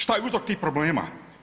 Šta je uzrok tih problema?